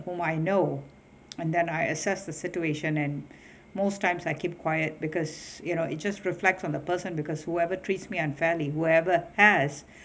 whom I know and then I assess the situation and most times I keep quiet because you know it just reflects on the person because whoever treats me unfairly whoever has